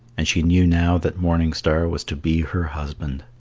and she knew now that morning star was to be her husband.